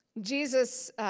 Jesus